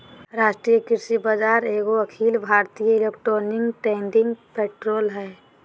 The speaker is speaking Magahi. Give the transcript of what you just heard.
राष्ट्रीय कृषि बाजार एगो अखिल भारतीय इलेक्ट्रॉनिक ट्रेडिंग पोर्टल हइ